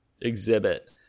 exhibit